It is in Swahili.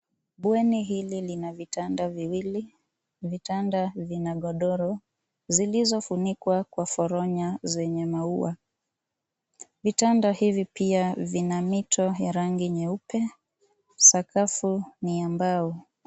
Bweni hili lina vitanda viwili. Vitanda vina godoro zilizofunikwa kwa foronya zenye maua. Vitanda hivi pia vina mito ya rangi nyeupe. Sakafu ni ya mbao.